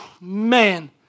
Man